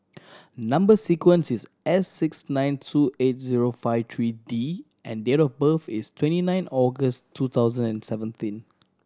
number sequence is S six nine two eight zero five three D and date of birth is twenty nine August two thousand and seventeen